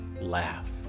Laugh